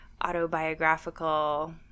autobiographical